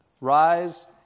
Rise